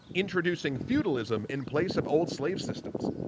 introducing feudalism in place of old slave systems.